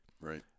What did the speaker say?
Right